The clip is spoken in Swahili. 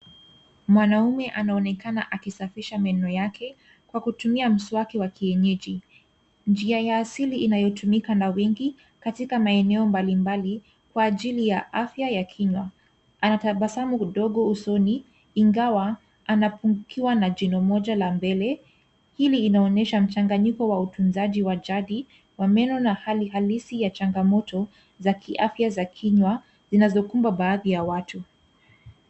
Mwanaume anaonekana akisafisha meno yake kwa kutumia mswaki wa kienyeji, njia ya asili inayotumika na wengi katika maeneo mbalimbali kwa ajili ya afya ya kinywa. Anatabasamu undogo usoni ingawa anapungukiwa na jino moja ya mbele .Hili inaonyesha mchanganyiko wa utunzaji wa jadi wa meno na hali halisi ya changamoto za kiafya za kinywa zinazokuba baadhi ya watu.